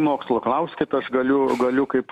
mokslo klauskit aš galiu galiu kaip